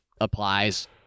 applies